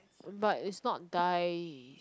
but it's not die